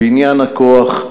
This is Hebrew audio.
בניין הכוח,